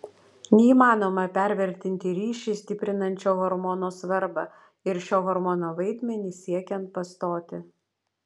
neįmanoma pervertinti ryšį stiprinančio hormono svarbą ir šio hormono vaidmenį siekiant pastoti